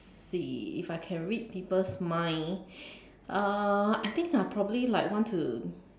see if I can read people's mind ah I think I probably will like want to